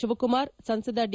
ಶಿವಕುಮಾರ್ ಸಂಸದ ಡಿ